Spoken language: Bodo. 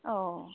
अ